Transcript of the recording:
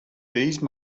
these